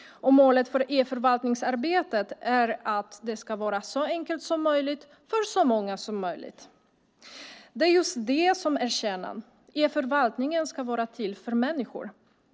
Målet för e-förvaltningsarbetet är att det ska vara så enkelt som möjligt för så många som möjligt. Det är just det som är kärnan: E-förvaltningen ska vara till för människor.